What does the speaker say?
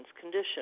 condition